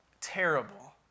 terrible